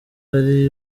ari